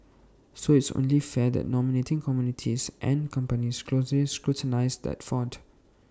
so IT is only fair that nominating committees and companies closely scrutinise that front